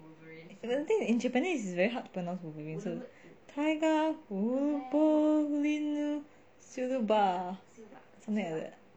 the thing is in japanese is very hard to pronounce wolverine so taiga something like that